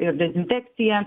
ir dezinfekcija